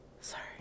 Sorry